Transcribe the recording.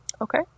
Okay